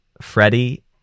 Freddie